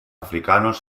africanos